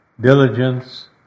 diligence